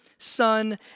Son